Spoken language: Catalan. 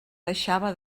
deixava